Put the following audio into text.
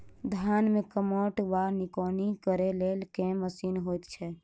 धान मे कमोट वा निकौनी करै लेल केँ मशीन होइ छै?